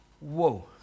Whoa